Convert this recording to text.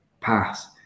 pass